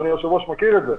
אדוני היושב-ראש מכיר את זה.